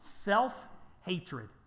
Self-hatred